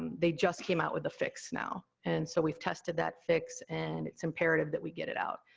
they just came out with a fix now. and so, we've tested that fix, and it's imperative that we get it out,